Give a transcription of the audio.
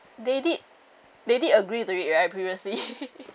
they did they did agree to it right previously